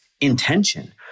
intention